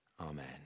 Amen